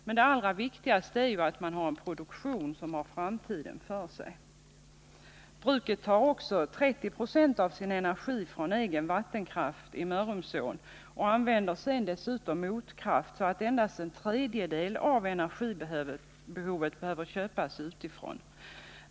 Men allra viktigast är nog att det här rör sig om en produktion som har framtiden för Bruket tar vidare 30 76 av sin energi från egen vattenkraft i Mörrumsån. Man använder dessutom motkraft, varför endast en tredjedel av energibehovet behöver köpas utifrån.